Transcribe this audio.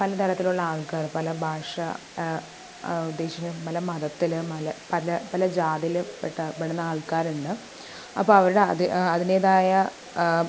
പല തരത്തിലുള്ള ആൾക്കാർ പല ഭാഷ ഉദ്ദേശി പല മതത്തിൽ മല പല പല ജാതിയിൽ പെട്ട് പെടുന്ന ആൾക്കാരുണ്ട് അപ്പം അവരുടെ അത് അതിൻ്റെതായ